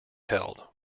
held